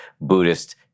Buddhist